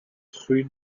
rue